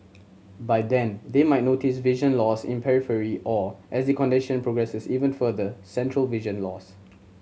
by then they might notice vision loss in periphery or as the condition progresses even further central vision loss